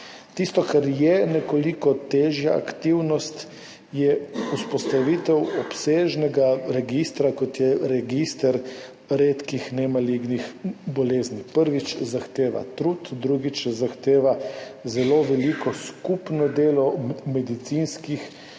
Tisto, kar je nekoliko težja aktivnost, je vzpostavitev obsežnega registra, kot je register redkih nemalignih bolezni. Prvič zahteva trud, drugič zahteva zelo veliko skupno delo medicinskih